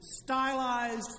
stylized